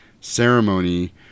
ceremony